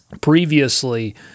previously